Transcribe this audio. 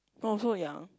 oh so young